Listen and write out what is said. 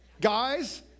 guys